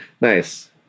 Nice